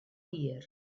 hir